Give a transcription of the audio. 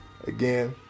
Again